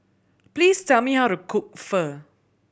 please tell me how to cook Pho